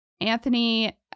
Anthony